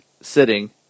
sitting